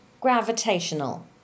Gravitational